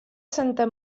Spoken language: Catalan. santa